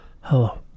Hello